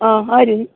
ആ ആര്